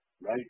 right